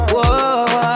Whoa